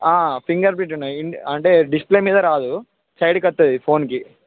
fingerprint ఉన్నది అంటే display మీద రాదు సైడ్కి వస్తుంది ఫోన్కి